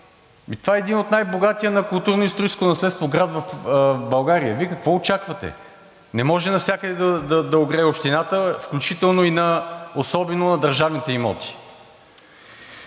Това е един от най-богатите на културно-историческо наследство град в България. Вие какво очаквате?! Не може навсякъде да огрее Общината, особено на държавните имоти.